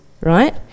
right